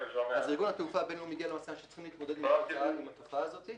ארגון התעופה הבין לאומי הגיע למסקנה שצריך להתמודד עם התופעה הזאת.